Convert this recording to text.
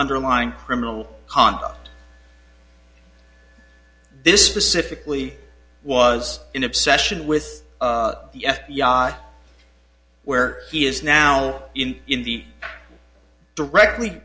underlying criminal conduct this specifically was in obsession with the f b i where he is now in in the directly